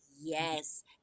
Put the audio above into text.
yes